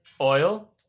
Oil